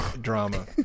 drama